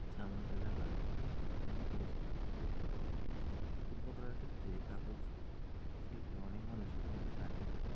যা আমাদের এলাকায় উন্নতিকে সাহায্য করে তোলে শিল্পকলার ক্ষেত্রে এই কাগজ শিল্পে অনেক মানুষ সাধারণত কাজ পেয়ে থাকে